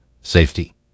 safety